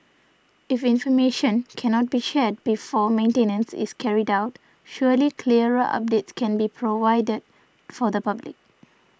if information cannot be shared before maintenance is carried out surely clearer updates can be provided for the public